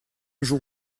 jour